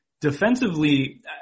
defensively